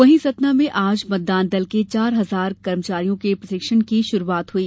वहीं सतना में आज मतदान दल के चार हजार कर्मचारियों के प्रशिक्षण की शुरूआत हई